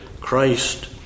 Christ